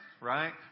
right